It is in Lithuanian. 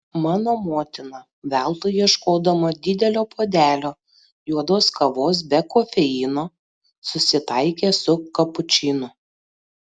mano motina veltui ieškodama didelio puodelio juodos kavos be kofeino susitaikė su kapučinu